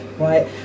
right